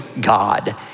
God